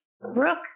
Brooke